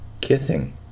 kissing